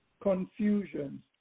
confusion